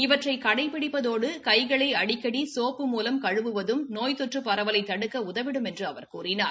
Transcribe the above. இவற்றை கடைபிடிப்பதோடு கைகளை அடிக்கடி கோப்பு மூலம் கழுவுவதும் நோய் தொற்று பரவலை தடுக்க உதவிடும் என்று கூறினார்